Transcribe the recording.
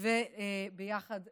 ויחד